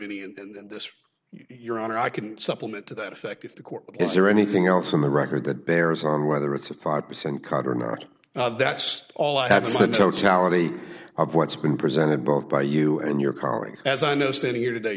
this your honor i can supplement to that effect if the court is there anything else in the record that bears on whether it's a five percent cut or not that's all i have said totality of what's been presented both by you and your colleagues as i know standing here today